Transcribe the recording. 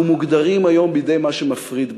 אנחנו מוגדרים היום בידי מה שמפריד בינינו.